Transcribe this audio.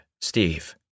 Steve